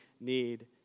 need